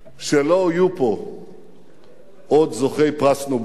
שלא יהיו פה עוד זוכי פרס נובל,